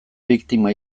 biktima